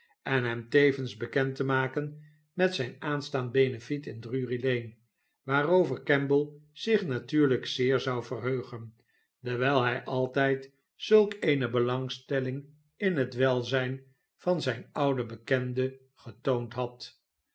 en hem tevens bekend te maken met zijn aanstaand benefiet in drury-lane waarover kemble zich natuurlijk zeer zou verheugen dewijl hij altijd zulk eene belangstelling in het welzijn van zijn ouden bekende getoond had